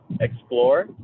explore